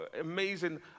amazing